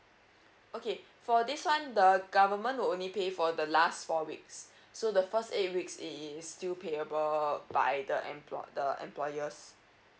okay for this one the government will only pay for the last four weeks so the first eight weeks it is still payable by the employ~ the employers